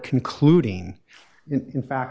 concluding in fact